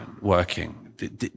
working